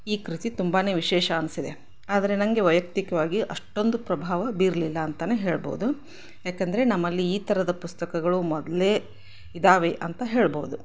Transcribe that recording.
ಈ ಕೃತಿ ತುಂಬಾ ವಿಶೇಷ ಅನ್ಸಿದೆ ಆದರೆ ನನಗೆ ವೈಯಕ್ತಿಕವಾಗಿ ಅಷ್ಟೊಂದು ಪ್ರಭಾವ ಬೀರಲಿಲ್ಲ ಅಂತನೇ ಹೇಳ್ಬೋದು ಯಾಕಂದರೆ ನಮ್ಮಲ್ಲಿ ಈ ಥರದ ಪುಸ್ತಕಗಳು ಮೊದಲೇ ಇದ್ದಾವೆ ಅಂತ ಹೇಳ್ಬೋದು